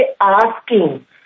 asking